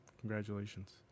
Congratulations